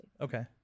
Okay